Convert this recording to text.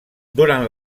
durant